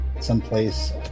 Someplace